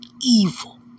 evil